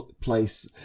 place